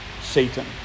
Satan